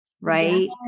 right